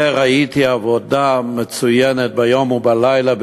וראיתי עבודה מצוינת ביום ובלילה,